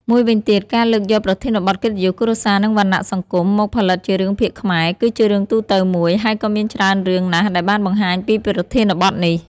មួយវិញទៀត ការលើកយកប្រធានបទកិត្តិយសគ្រួសារ និងវណ្ណៈសង្គម មកផលិតជារឿងភាគខ្មែរ គឺជារឿងទូទៅមួយ ហើយក៏មានច្រើនរឿងណាស់ដែលបានបង្ហាញពីប្រធានបទនេះ។